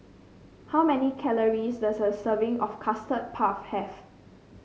how many calories does a serving of Custard Puff have